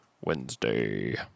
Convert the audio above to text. Wednesday